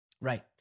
Right